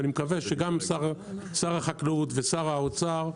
ואני מקווה שגם שר החקלאות ושר האוצר,